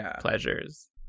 pleasures